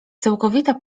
całkowita